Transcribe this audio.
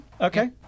okay